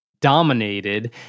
dominated